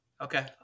Okay